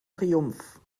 triumph